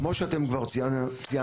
כמו שאתם כבר ציינתם,